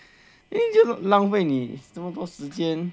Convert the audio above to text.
then 浪费你这么多时间